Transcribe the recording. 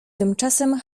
tymczasem